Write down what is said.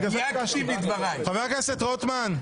בגלל זה --- חבר הכנסת רוטמן,